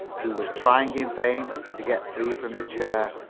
who was trying in vain to get free from the chair.